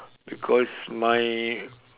because my